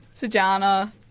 Sajana